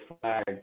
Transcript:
flag